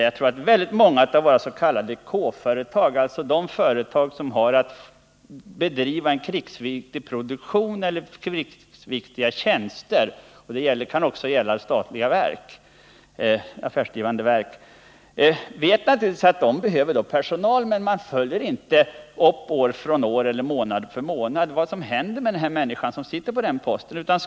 Jag tror att väldigt många av våra s.k. K-företag, dvs. företag som har att bedriva en krigsviktig produktion eller utföra krigsviktiga tjänster — det kan också gälla statliga affärsdrivande verk — naturligtvis vet att de behöver personal. Men de följer inte upp år från år eller månad för månad vad som händer med personal som behövs för att det skall fungera i krig.